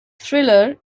thriller